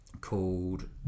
called